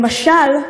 למשל,